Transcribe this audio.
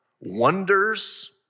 wonders